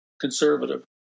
conservative